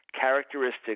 characteristics